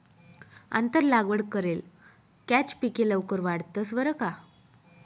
आंतर लागवड करेल कॅच पिके लवकर वाढतंस बरं का